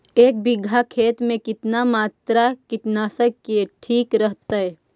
एक बीघा खेत में कितना मात्रा कीटनाशक के ठिक रहतय?